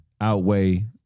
outweigh